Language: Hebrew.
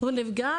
הוא נפגע